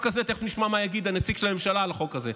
תכף נשמע מה יגיד הנציג של הממשלה על החוק הזה,